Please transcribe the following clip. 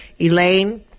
Elaine